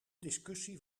discussie